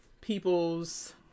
people's